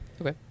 Okay